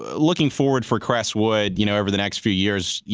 looking forward for crestwood you know over the next few years, yeah